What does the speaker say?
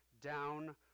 down